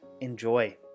enjoy